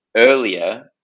earlier